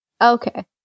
Okay